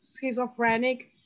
schizophrenic